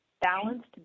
balanced